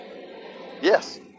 Yes